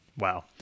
Wow